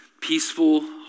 peaceful